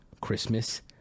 Christmas